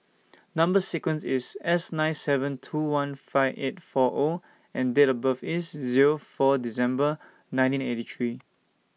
Number sequence IS S nine seven two one five eight four O and Date of birth IS Zero four December nineteen eighty three